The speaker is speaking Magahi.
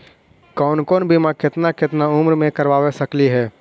कौन कौन बिमा केतना केतना उम्र मे करबा सकली हे?